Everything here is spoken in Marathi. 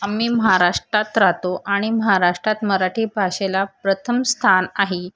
आम्ही महाराष्टात राहतो आणि महाराष्टात मराठी भाषेला प्रथम स्थान आहे